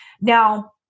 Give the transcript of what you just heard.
now